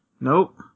Nope